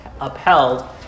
upheld